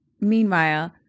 Meanwhile